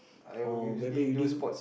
or maybe you didn't